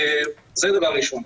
זה הדבר הראשון.